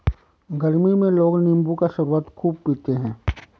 गरमी में लोग नींबू का शरबत खूब पीते है